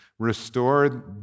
Restore